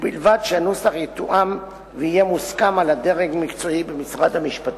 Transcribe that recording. ובלבד שהנוסח יתואם ויהיה מוסכם על הדרג המקצועי במשרד המשפטים.